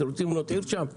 אתם רוצים לבנות עיר שם?